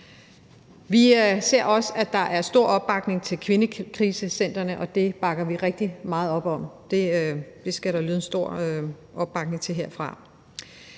Vi ser også, at der er stor opbakning til kvindekrisecentrene, og det bakker vi rigtig meget op om. Det skal der lyde en stor opbakning til herfra.